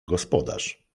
gospodarz